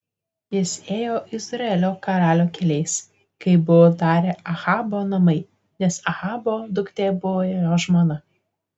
jis ėjo izraelio karalių keliais kaip buvo darę ahabo namai nes ahabo duktė buvo jo žmona